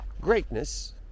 greatness